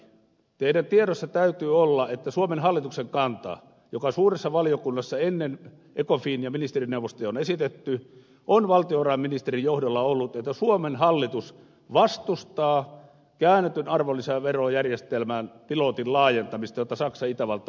teidän tiedossanne täytyy olla että suomen hallituksen kanta joka suuressa valiokunnassa ennen ecofin ja ministerineuvostoja on esitetty on valtiovarainministerin johdolla ollut että suomen hallitus vastustaa käännetyn arvonlisäverojärjestelmän pilotin laajentamista jota saksa ja itävalta ovat esittäneet